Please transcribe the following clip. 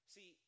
See